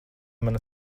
mana